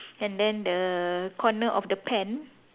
and then the corner of the pen